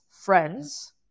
friends